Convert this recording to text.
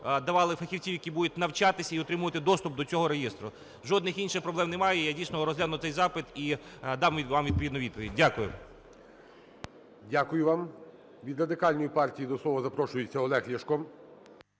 давали фахівців, які будуть навчатись і отримувати доступ до цього реєстру. Жодних інших проблем немає. І я, дійсно, розгляну цей запит і дам вам відповідну відповідь. Дякую. ГОЛОВУЮЧИЙ. Дякую вам. Від Радикальної партії до слова запрошується Олег Ляшко.